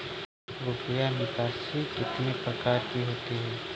रुपया निकासी कितनी प्रकार की होती है?